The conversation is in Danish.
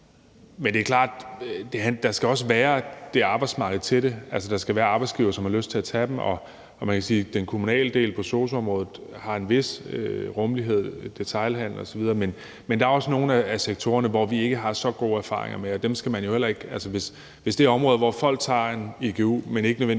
Men det er klart, at der også skal være et arbejdsmarked til det; altså, der skal være arbejdsgivere, som har lyst til at tage dem. Og man kan sige, at den kommunale del på sosu-området har en vis rummelighed, og der er detailhandelen osv., men der er også nogle af sektorerne, hvor vi ikke har så gode erfaringer med det, og hvis det gælder områder, hvor folk tager en igu, men ikke nødvendigvis